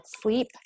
sleep